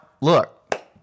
look